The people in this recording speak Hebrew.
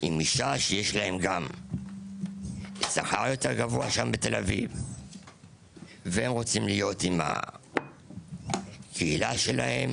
שם יש להם שכר יותר גבוה והם יכולים להישאר בסביבת הקהילה שלהם,